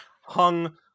hung